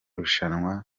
rushanwa